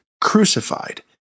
crucified